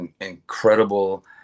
incredible